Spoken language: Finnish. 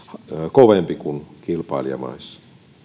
kovempi kuin kilpailijamaissa